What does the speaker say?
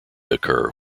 occur